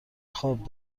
خواب